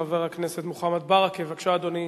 חבר הכנסת מוחמד ברכה, בבקשה, אדוני.